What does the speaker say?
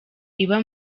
iba